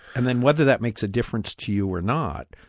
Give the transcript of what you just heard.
and then whether that makes a difference to you or not,